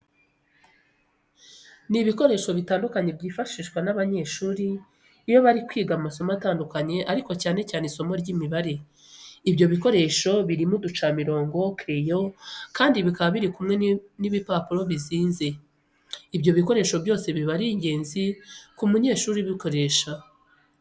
Ni ibikoresho bitandukanye byifashishwa n'abanyeshuri iyo bari kwiga amasomo atandukanye ariko cyane cyane isimo ry'Imibare. ibyo bikoresho birimo uducamirongo, kereyo, kandi bikaba biri kumwe n'ibipapuro bizinze. Ibyo bikoresho byose bikaba ari ingenzi ku munyeshuri ubukoresha.